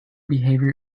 behavior